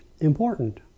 important